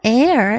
air